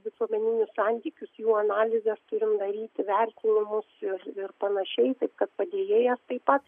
visuomeninius santykius jų analizes turim daryti vertinimus ir ir panašiai taip kad padėjėjas taip pat